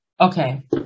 Okay